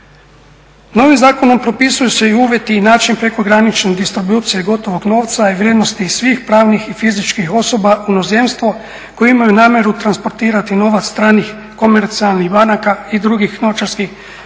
Novim zakonom propisuju se i uvjeti i način prekogranične distribucije gotovog novca i vrijednosti svih pravnih i fizičkih osoba u inozemstvo koji imaju namjeru transportirati novac stranih, komercijalnih banaka i drugih novčarskih